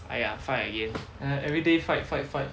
!aiya! fight again ah everyday fight fight fight